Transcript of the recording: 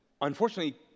unfortunately